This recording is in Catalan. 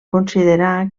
considerar